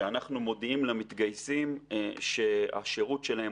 שאנחנו מודיעים למתגייסים שהשירות שלהם